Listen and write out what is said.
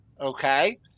Okay